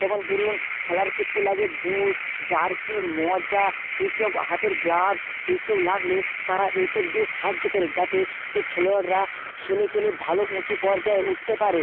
যেমন ধরুন খেলার ক্ষেত্রে লাগে বুট জার্সি মজা এসব হাতের গ্লাব্স এসব লাগলে তারা এসব দিয়ে সাহায্য করে যাতে সে খেলোয়াড়রা খেলে খেলে ভালো উঁচু পর্যায়ে উঠতে পারে